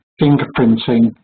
fingerprinting